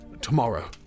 Tomorrow